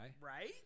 Right